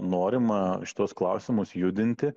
norima šituos klausimus judinti